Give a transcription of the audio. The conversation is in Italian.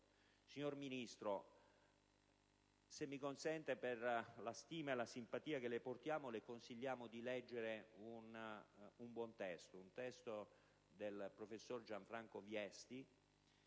Signor Ministro, se mi consente, per la stima e la simpatia che le portiamo, le consigliamo di leggere un buon testo, un testo del professor Gianfranco Viesti,